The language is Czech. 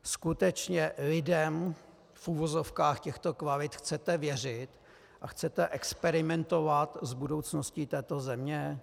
Skutečně lidem v uvozovkách těchto kvalit chcete věřit a chcete experimentovat s budoucností této země?